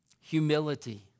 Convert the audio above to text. humility